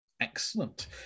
Excellent